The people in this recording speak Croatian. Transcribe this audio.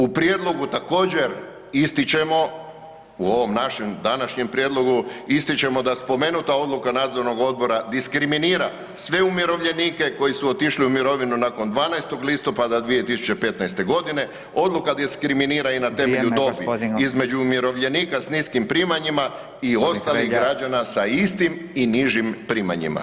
U prijedlogu također ističemo, u ovom našem današnjem prijedlogu ističemo da spomenuta odluka nadzornog odbora diskriminira sve umirovljenike koji su otišli u mirovinu nakon 12. listopada 2015.g., odluka diskriminira i na temelju [[Upadica: Vrijeme gospodine]] dobi između umirovljenika s niskim primanjima i ostalih građana sa istim i nižim primanjima.